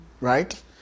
Right